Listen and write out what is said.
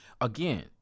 Again